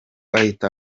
ahita